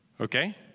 okay